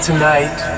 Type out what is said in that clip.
Tonight